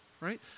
right